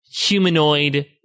humanoid